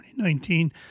2019